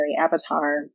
avatar